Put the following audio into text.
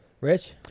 Rich